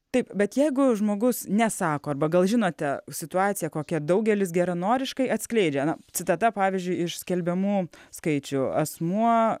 taip bet jeigu žmogus nesako arba gal žinote situacija kokia daugelis geranoriškai atskleidžia na citata pavyzdžiui iš skelbiamų skaičių asmuo